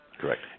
correct